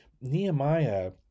Nehemiah